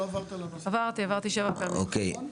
אוקיי.